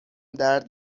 درد